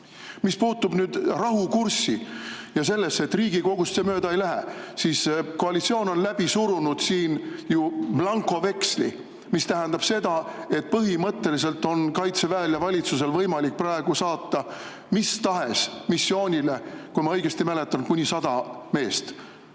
puutub nüüd rahukurssi ja sellesse, et Riigikogust see mööda ei lähe, siis koalitsioon on siin ju läbi surunud blankoveksli, mis tähendab seda, et põhimõtteliselt on Kaitseväel ja valitsusel võimalik praegu saata mis tahes missioonile, kui ma õigesti mäletan, kuni 100 meest.